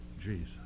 Jesus